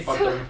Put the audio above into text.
so